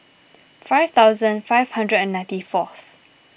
five thousand five hundred and ninety fourth